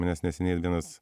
manęs neseniai vienas